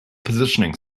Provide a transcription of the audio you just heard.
positioning